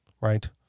right